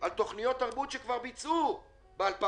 על תוכניות תרבות שכבר ביצעו ב-2019.